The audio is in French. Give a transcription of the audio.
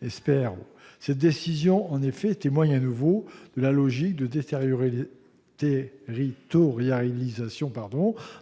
le SPRO, témoigne de nouveau de la logique de déterritorialisation